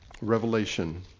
Revelation